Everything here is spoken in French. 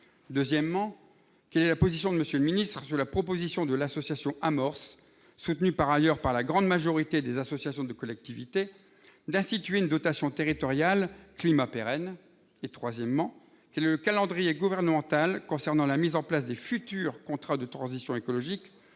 Ensuite, quelle est la position du ministre sur la proposition de l'association AMORCE, soutenue par ailleurs par la grande majorité des associations de collectivités, d'instituer une dotation territoriale climat pérenne ? Enfin, quel est le calendrier gouvernemental concernant la mise en place des futurs contrats de transition écologique